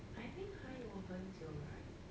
I think 还有很久 right